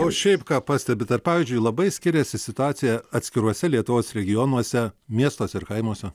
o šiaip ką pastebit ar pavyzdžiui labai skiriasi situacija atskiruose lietuvos regionuose miestuose ir kaimuose